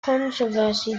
controversy